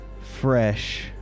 fresh